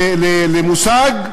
למושג,